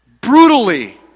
Brutally